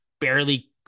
barely